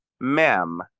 ma'am